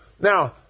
now